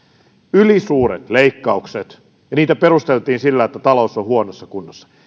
ylisuuret leikkaukset ja niitä perusteltiin sillä että talous on huonossa kunnossa